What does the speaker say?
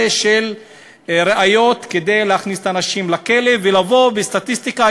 של ראיות כדי להכניס את האנשים לכלא ולבוא בסטטיסטיקה,